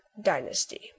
dynasty